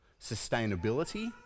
Sustainability